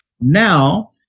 now